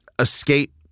escape